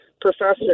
professor